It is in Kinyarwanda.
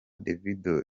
davido